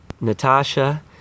Natasha